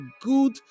good